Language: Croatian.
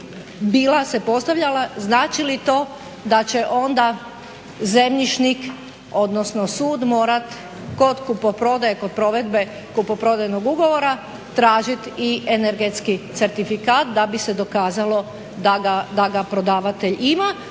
bila se postavljala znači li to da će onda zemljišnik, odnosno sud morati kod kupoprodaje, kod provedbe kupoprodajnog ugovora tražiti i energetski certifikat da bi se dokazalo da ga prodavatelj ima,